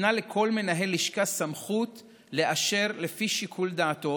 ניתנה לכל מנהל לשכה סמכות לאשר לפי שיקול דעתו